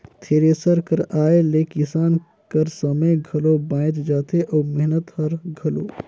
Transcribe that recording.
thresher कर आए ले किसान कर समे घलो बाएच जाथे अउ मेहनत हर घलो